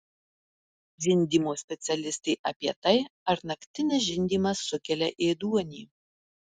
žindymo specialistė apie tai ar naktinis žindymas sukelia ėduonį